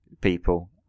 people